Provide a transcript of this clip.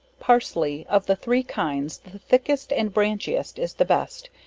parsley, of the three kinds, the thickest and branchiest is the best,